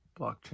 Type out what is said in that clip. blockchain